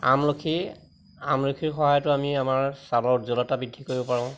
আমলখি আমলখিৰ সহায়তো আমি আমাৰ ছালৰ উজ্জ্বলতা বৃদ্ধি কৰিব পাৰোঁ